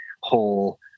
whole